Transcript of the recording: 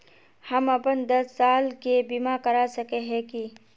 हम अपन दस साल के बीमा करा सके है की?